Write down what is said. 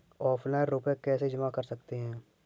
Offline रुपये कैसे जमा कर सकते हैं?